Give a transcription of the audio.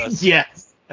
yes